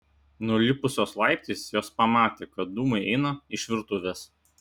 nulipusios laiptais jos pamatė kad dūmai eina iš virtuvės